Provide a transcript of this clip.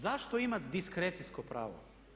Zašto imat diskrecijsko pravo?